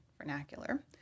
vernacular